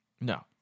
no